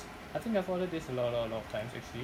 I think I've ordered this a lot a lot a lot of times actually